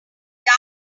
dark